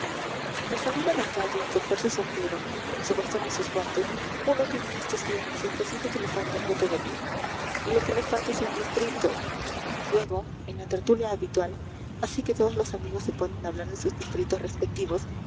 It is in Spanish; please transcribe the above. al salir a la calle y coger su sombrero su bastón y sus guantes uno tiene estos días la sensación de que le falta algo todavía y lo que le falta es un distrito luego en la tertulia habitual así que todos los amigos se ponen a hablar de sus distritos respectivos